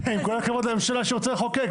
עם כל הכבוד לממשלה שהיא רוצה לחוקק,